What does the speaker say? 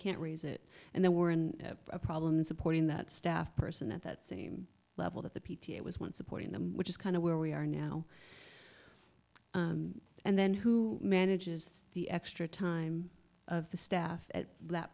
can't raise it and they were in a problem supporting that staff person at that same level that the p t a was one supporting them which is kind of where we are now and then who manages the extra time the staff at that